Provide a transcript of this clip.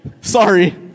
Sorry